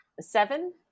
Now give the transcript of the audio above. Seven